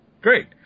Great